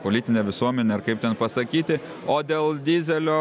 politinę visuomenę ar kaip ten pasakyti o dėl dyzelio